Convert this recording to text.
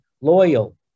loyal